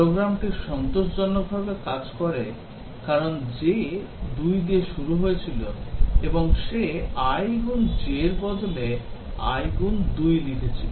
প্রোগ্রামটি সন্তোষজনক ভাবে কাজ করে কারণ j 2 দিয়ে শুরু হয়েছিল এবং সে i গুন j এর বদলে i গুন 2 লিখেছিল